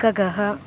खगः